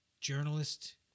journalist